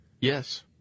Yes